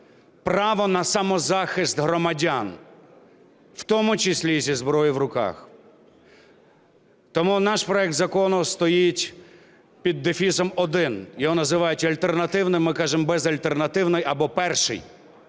право на самозахист громадян, в тому числі зі зброєю в руках. Тому наш проект закону стоїть під дефісом 1, його називають альтернативним, ми кажемо "безальтернативний" або "перший",